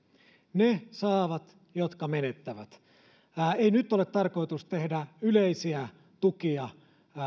ne saavat jotka menettävät ei nyt ole tarkoitus tehdä yleisiä tukia